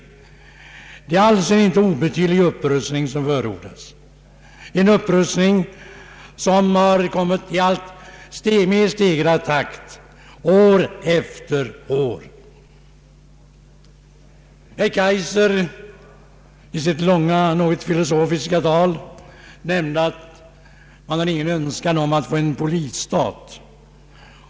Jag anser att det inte är någon obetydlig upprustning som förordas — en upprustning som har skett i alltmer stegrad takt år efter år. Herr Kaijser nämnde i sitt långa, något filosofiska inlägg att han inte hade någon önskan om att få en polisstat.